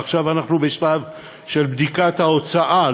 עכשיו אנחנו בשלב של בדיקת ההוצאה,